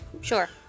Sure